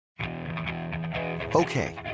Okay